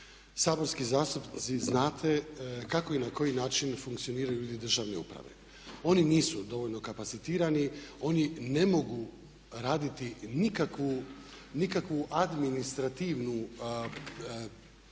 saborski zastupnici znate kako i na koji način funkcioniraju uredi državne uprave. Oni nisu dovoljno kapacitirani, oni ne mogu raditi nikakvu administrativnu,